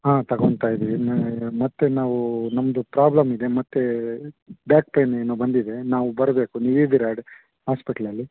ಹಾಂ ತಗೋತಾ ಇದ್ದೀನಿ ಮತ್ತು ನಾವು ನಮ್ಮದು ಪ್ರಾಬ್ಲಮ್ ಇದೆ ಮತ್ತು ಬ್ಯಾಕ್ ಪೇನ್ ಏನೊ ಬಂದಿದೆ ನಾವು ಬರಬೇಕು ನೀವಿದೀರಾ ಹಾಸ್ಪಿಟ್ಲ್ಲ್ಲಿ